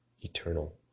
eternal